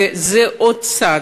וזה עוד צעד,